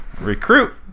Recruit